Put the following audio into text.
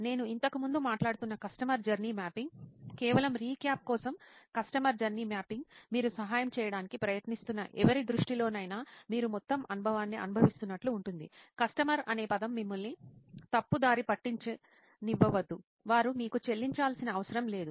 నేను ఇంతకుముందు మాట్లాడుతున్న కస్టమర్ జర్నీ మ్యాపింగ్ కేవలం రీక్యాప్ కోసం కస్టమర్ జర్నీ మ్యాపింగ్ మీరు సహాయం చేయడానికి ప్రయత్నిస్తున్న ఎవరి దృష్టిలోనైనా మీరు మొత్తం అనుభవాన్ని అనుభవిస్తున్నట్లుగా ఉంటుంది కస్టమర్ అనే పదం మిమ్మల్ని తప్పుదారి పట్టించనివ్వవద్దు వారు మీకు చెల్లించాల్సిన అవసరం లేదు